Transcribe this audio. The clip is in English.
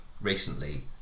recently